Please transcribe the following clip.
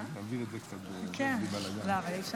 הערבות ההדדית פה בישראל עברה לאורך